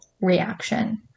reaction